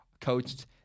coached